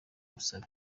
busabe